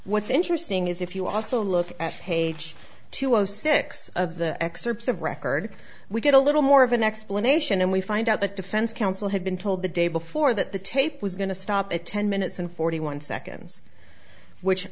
what's interesting is if you also look at page two zero six of the excerpts of record we get a little more of an explanation and we find out that defense counsel had been told the day before that the tape was going to stop at ten minutes and forty one seconds which